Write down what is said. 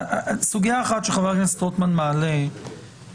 סוגיה אחת שחבר הכנסת רוטמן מעלה בהקשר